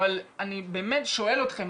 אבל אני באמת שואל אתכם,